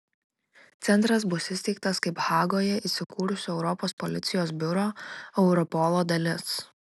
centras bus įsteigtas kaip hagoje įsikūrusio europos policijos biuro europolo dalis